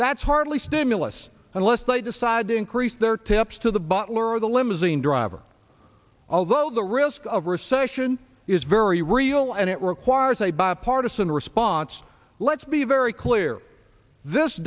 that's hardly stimulus unless they decide to increase their tips to the butler or the limousine driver although the risk of recession is very real and it requires a bipartisan response let's be very clear this